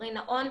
קרין נהון,